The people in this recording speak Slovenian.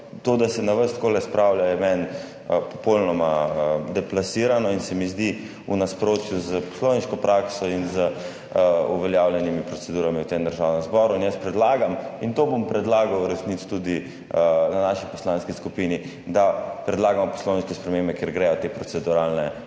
to, da se na vas takole spravlja, je meni popolnoma deplasirano in se mi zdi v nasprotju s poslovniško prakso in z uveljavljenimi procedurami v tem državnem zboru. Predlagam, in to bom predlagal v resnici tudi v naši poslanski skupini, da predlagamo poslovniške spremembe, da gredo te proceduralne s